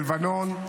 בלבנון,